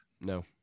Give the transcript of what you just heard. no